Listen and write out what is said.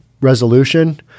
resolution